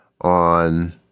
on